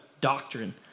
doctrine